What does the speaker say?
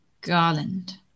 Garland